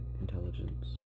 intelligence